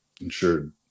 insured